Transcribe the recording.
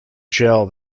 gel